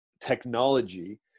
technology